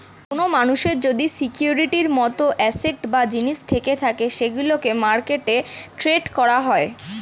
কোন মানুষের যদি সিকিউরিটির মত অ্যাসেট বা জিনিস থেকে থাকে সেগুলোকে মার্কেটে ট্রেড করা হয়